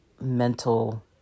mental